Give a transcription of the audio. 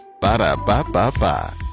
Ba-da-ba-ba-ba